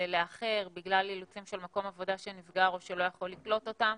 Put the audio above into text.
לאחר בגלל אילוצים של מקום עבודה שנסגר או שלא יכול לקלוט אותם.